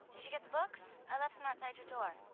did you get the books? i left them outside your door.